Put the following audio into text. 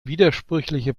widersprüchliche